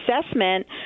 assessment